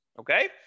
Okay